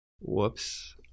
Whoops